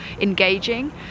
engaging